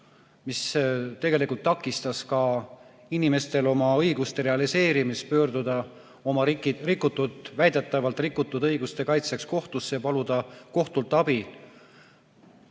see tegelikult takistas ka inimestel oma õiguste realiseerimist pöörduda oma rikutud, väidetavalt rikutud õiguste kaitseks kohtusse ja paluda kohtult abi.